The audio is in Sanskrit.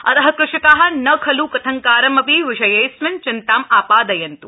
अत कृषका न खल् कथंकारम विषयेऽस्मिन् चिन्तां आधादयन्त्